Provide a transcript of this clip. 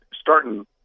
starting